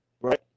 right